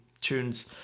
tunes